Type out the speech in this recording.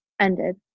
ended